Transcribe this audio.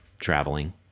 traveling